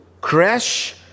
crash